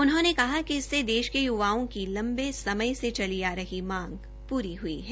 उन्होंने कहा कि इससे देश के य्वाओं की लम्बे समय से चल आ रही है मांग पूरी हुई है